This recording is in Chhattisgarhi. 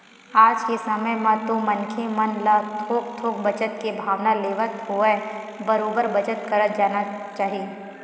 आज के समे म तो मनखे मन ल थोक थोक बचत के भावना लेवत होवय बरोबर बचत करत जाना चाही